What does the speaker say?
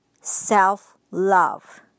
self-love